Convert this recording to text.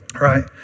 right